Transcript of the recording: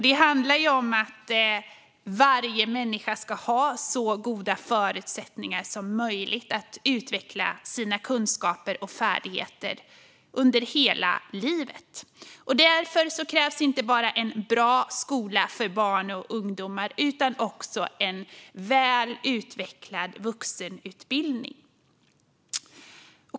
Det handlar om att varje människa ska ha så goda förutsättningar som möjligt att utveckla sina kunskaper och färdigheter under hela livet. Därför krävs inte bara en bra skola för barn och ungdomar utan också en väl utvecklad vuxenutbildning.